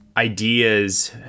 ideas